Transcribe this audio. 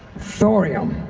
thorium